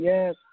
Yes